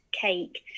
cake